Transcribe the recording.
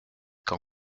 qu’en